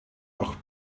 auch